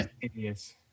Idiots